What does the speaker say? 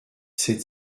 sept